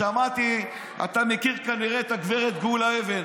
אתה הגשת בתמורה חוק.